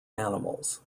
animals